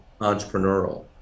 entrepreneurial